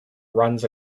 runs